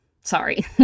Sorry